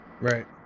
Right